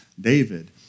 David